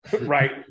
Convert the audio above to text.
Right